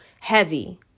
heavy